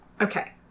Okay